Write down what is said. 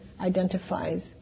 identifies